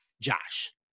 Josh